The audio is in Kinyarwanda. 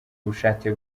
ubushake